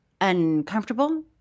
uncomfortable